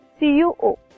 CuO